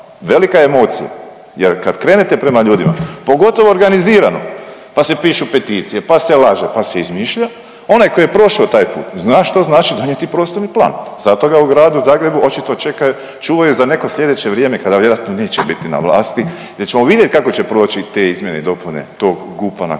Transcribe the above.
velika emocija jer kad krenete prema ljudima, pogotovo organizirano, pa se pišu peticije, pa se laže, pa se izmišlja, onaj ko je prošao taj put zna šta znači donijeti prostorni plan, zato ga u Gradu Zagrebu očito čuvaju za neko slijedeće vrijeme kada vjerojatno neće biti na vlasti gdje ćemo vidjet kako će proći te izmjene i dopune tog GUP-a na